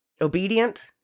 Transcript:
obedient